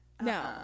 No